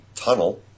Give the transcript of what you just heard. tunnel